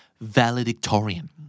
Valedictorian